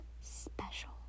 special